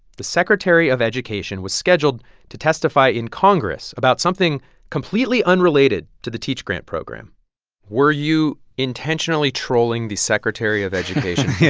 the secretary of education was scheduled to testify in congress about something completely unrelated to the teach grant program were you intentionally trolling the secretary of education. yeah